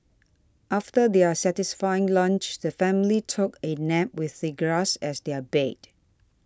after their satisfying lunch the family took a nap with the grass as their bed